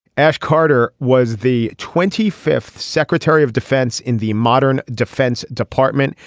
ash carter was the twenty fifth secretary of defense in the modern defense department.